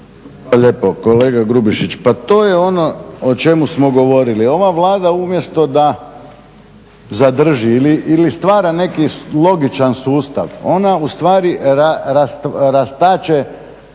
lijepo. Kolega Grubišić, pa to je ono o čemu smo govorili. Ova Vlada umjesto da zadrži ili stvara neki logičan sustav, ona ustvari rastače